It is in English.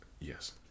Yes